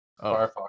firefox